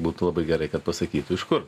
būtų labai gerai kad pasakytų iš kur